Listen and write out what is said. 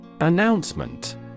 Announcement